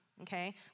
Okay